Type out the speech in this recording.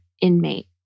inmate